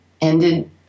ended